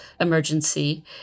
emergency